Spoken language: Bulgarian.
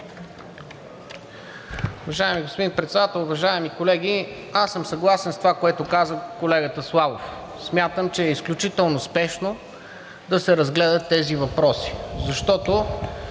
Уважаеми господин Председател, уважаеми колеги, аз съм съгласен с това, което каза колегата Славов. Смятам, че е изключително спешно да се разгледат тези въпроси, защото